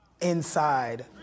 inside